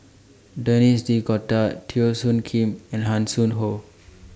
Denis D'Cotta Teo Soon Kim and Hanson Ho